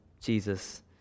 Jesus